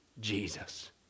Jesus